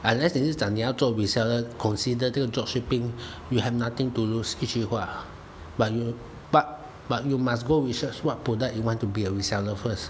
unless 你是讲你要做 reseller consider 这个 drop shipping you have nothing to lose 一句话 but but but you must go research what product you want to be a reseller first